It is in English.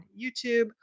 YouTube